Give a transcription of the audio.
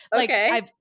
Okay